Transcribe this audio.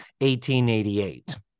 1888